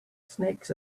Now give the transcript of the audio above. snakes